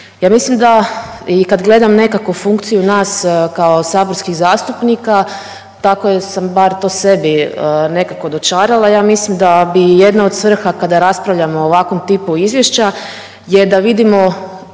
Ja mislim da i kad gledam nekako funkciju nas kao saborskih zastupnika tako sam bar to sebi nekako dočarala, ja mislim da bi jedna od svrha kada raspravljamo o ovakvom tipu izvješća je da vidimo